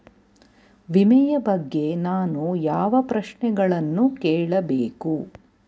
ವಿಮೆಯ ಬಗ್ಗೆ ನಾನು ಯಾವ ಪ್ರಶ್ನೆಗಳನ್ನು ಕೇಳಬೇಕು?